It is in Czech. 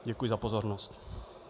Děkuji za pozornost.